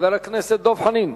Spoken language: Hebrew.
חבר הכנסת דב חנין.